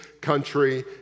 country